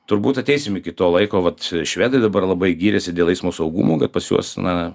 turbūt ateisim iki to laiko vat švedai dabar labai gyrėsi dėl eismo saugumo kad pas juos na